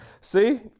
See